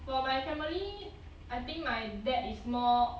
for my family I think my dad is more